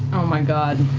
my god.